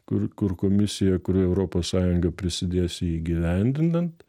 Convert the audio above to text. kur kur komisija kurioj europos sąjunga prisidės jį įgyvendinant